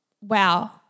wow